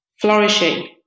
flourishing